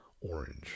Orange